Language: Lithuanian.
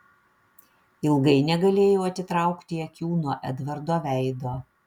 ilgai negalėjau atitraukti akių nuo edvardo veido